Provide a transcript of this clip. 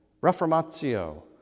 Reformatio